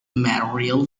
material